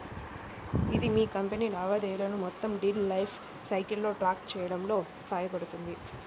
ఇది మీ కంపెనీ లావాదేవీలను మొత్తం డీల్ లైఫ్ సైకిల్లో ట్రాక్ చేయడంలో సహాయపడుతుంది